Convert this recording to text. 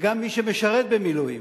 וגם מי שמשרת במילואים.